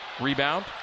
rebound